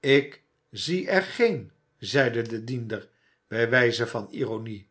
ik zie er geen zeide de diender bij wijze van ironie